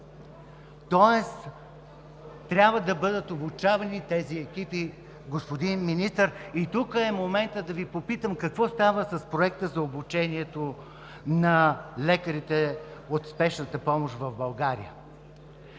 Тоест трябва да бъдат обучавани тези екипи, господин Министър. Тук е моментът да Ви питам: какво става с проекта за обучението на лекарите от Спешната помощ в България?